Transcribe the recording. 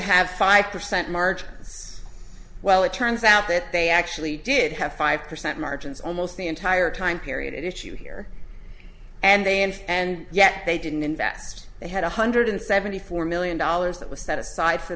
have five percent margins well it turns out that they actually did have five percent margins almost the entire time period issue here and they and and yet they didn't invest they had one hundred seventy four million dollars that was set aside for